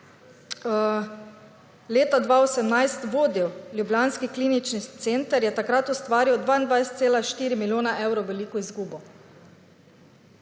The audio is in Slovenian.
leta 2018 vodil ljubljanski klinični center, je takrat ustvaril 22,4 milijone evrov veliko izgubo.